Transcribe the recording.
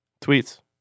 tweets